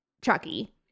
Chucky